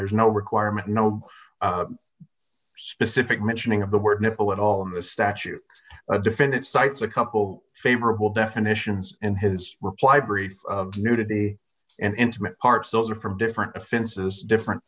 there's no requirement no specific mentioning of the word nipple at all in the statute a defendant cites a couple favorable definitions and his reply brief nudity and intimate parts those are from different offe